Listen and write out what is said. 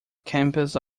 campus